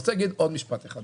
אני רוצה להגיד עוד משפט אחד,